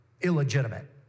illegitimate